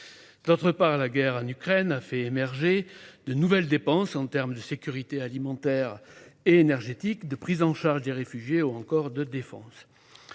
D'autre part, la guerre en Ukraine a fait émerger de nouvelles dépenses en matière de sécurité alimentaire et énergétique, de prise en charge des réfugiés ou encore de défense.